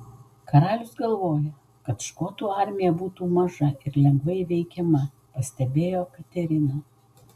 karalius galvoja kad škotų armija būtų maža ir lengvai įveikiama pastebėjo katerina